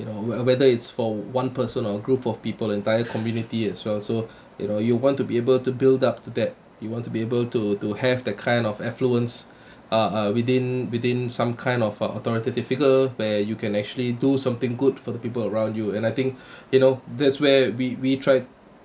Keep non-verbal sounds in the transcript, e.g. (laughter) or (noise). you know whether it's for one person or group of people entire community as well so you know you want to be able to build up to that you want to be able to to have that kind of affluence uh uh within within some kind of uh authoritative figure where you can actually do something good for the people around you and I think (breath) you know that's where we we tried